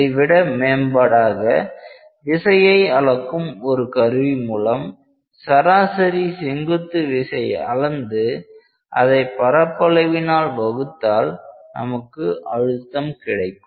இதைவிட மேம்பாடாக விசையை அளக்கும் ஒரு கருவி மூலம் சராசரி செங்குத்து விசை அளந்து அதை பரப்பளவினால் வகுத்தால் நமக்கு அழுத்தம் கிடைக்கும்